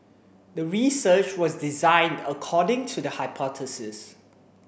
the research was designed according to the hypothesis